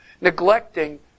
neglecting